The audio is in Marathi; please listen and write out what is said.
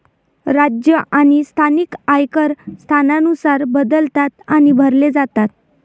राज्य आणि स्थानिक आयकर स्थानानुसार बदलतात आणि भरले जातात